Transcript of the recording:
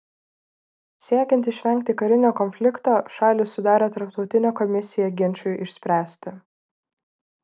siekiant išvengti karinio konflikto šalys sudarė tarptautinę komisiją ginčui išspręsti